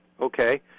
Okay